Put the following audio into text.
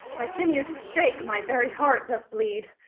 my sinews shake my very heart doth bleed.